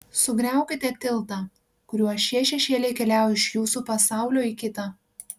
sugriaukite tiltą kuriuo šie šešėliai keliauja iš jūsų pasaulio į kitą